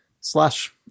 slash